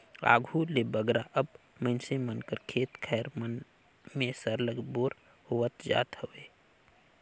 आघु ले बगरा अब मइनसे मन कर खेत खाएर मन में सरलग बोर होवत जात हवे